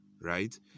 right